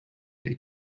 they